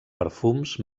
perfums